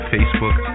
Facebook